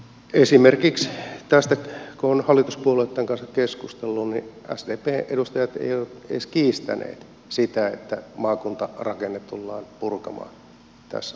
esimerkiksi kun tästä on hallituspuolueitten kanssa keskustellut sdpn edustajat eivät ole edes kiistäneet sitä että maakuntarakenne tullaan purkamaan tässä maassa